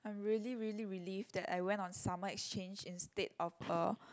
I'm really really relieved that I went on summer exchange instead of a